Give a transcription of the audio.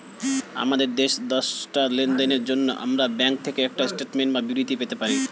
আমাদের শেষ দশটা লেনদেনের জন্য আমরা ব্যাংক থেকে একটা স্টেটমেন্ট বা বিবৃতি পেতে পারি